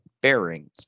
bearings